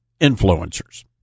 influencers